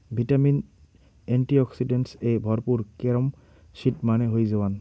vitamin, antioxidants এ ভরপুর carom seed মানে হই জোয়ান